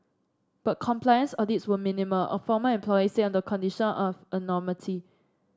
but compliance audits were minimal a former employee said on the condition of anonymity